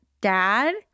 dad